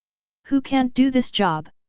who can't do this job?